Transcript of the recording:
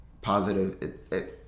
positive